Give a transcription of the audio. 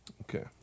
Okay